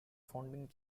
founding